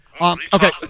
Okay